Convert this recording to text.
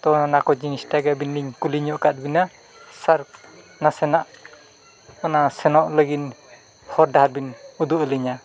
ᱛᱳ ᱚᱱᱟ ᱠᱚ ᱡᱤᱱᱤᱥᱴᱟ ᱜᱮ ᱟᱹᱵᱤᱱ ᱞᱤᱧ ᱠᱩᱞᱤ ᱧᱚᱜ ᱠᱟᱫ ᱵᱤᱱᱟ ᱱᱟᱥᱮᱱᱟᱜ ᱚᱱᱟ ᱥᱮᱱᱚᱜ ᱞᱟᱹᱜᱤᱫ ᱦᱚᱨᱼᱰᱟᱦᱟᱨ ᱵᱤᱱ ᱩᱫᱩᱜ ᱟᱹᱞᱤᱧᱟ